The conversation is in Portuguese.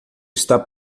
está